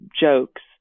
jokes